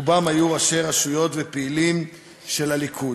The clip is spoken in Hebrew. רובם היו ראשי רשויות ופעילים של הליכוד.